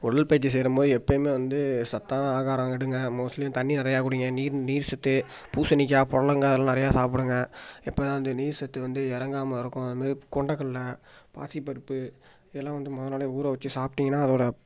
உடல் பயிற்சி செய்றம் போது எப்பயுமே வந்து சத்தான ஆகாரம் எடுங்க மோஸ்ட்லியும் தண்ணி நிறையா குடிங்க நீர் நீர் சத்து பூசணிக்காய் பொட்லங்காய் அல் நிறையா சாப்பிடுங்க எப்போ தான் அந்த நீர் சத்து வந்து இறங்காம இருக்கும் அது மாதிரி கொண்டக்கல்லை பாசிப்பருப்பு இதெலாம் வந்து முத நாளே ஊற வச்சி சாப்பிட்டிங்கன்னா அதோட